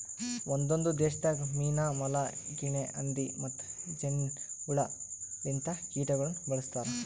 ಒಂದೊಂದು ದೇಶದಾಗ್ ಮೀನಾ, ಮೊಲ, ಗಿನೆ ಹಂದಿ ಮತ್ತ್ ಜೇನಿನ್ ಹುಳ ಲಿಂತ ಕೀಟಗೊಳನು ಬಳ್ಸತಾರ್